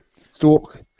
Stalk